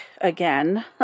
again